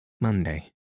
Monday